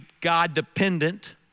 God-dependent